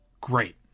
great